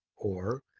or,